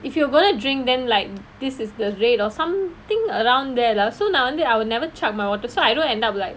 if you were gonna drink then like this is the rate or something around there lah so நா வந்து:naa vanthu I will never chug my water so I know at night I will be like